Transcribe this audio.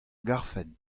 garfen